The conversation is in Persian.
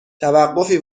توقفی